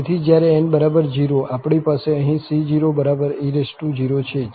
તેથી જ્યારે n0 આપણી પાસે અહીં c0e0 છે જે 1 છે